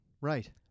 Right